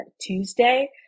tuesday